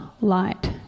light